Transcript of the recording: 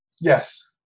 Yes